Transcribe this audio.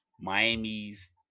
Miami's